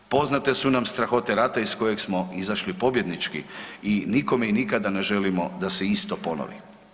Poznate su nam strahote rata iz kojeg smo izašli pobjednički i nikome i nikada ne želimo da se isto ponovi.